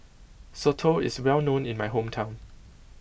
Soto is well known in my hometown